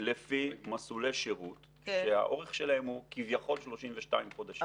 לפי מסלולי שירות שהאורך שלהם הוא כביכול 32 חודשים.